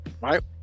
Right